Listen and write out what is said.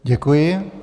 Děkuji.